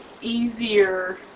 easier